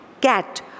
Cat